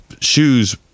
shoes